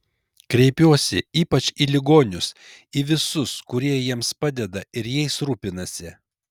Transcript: kreipiuosi ypač į ligonius į visus kurie jiems padeda ir jais rūpinasi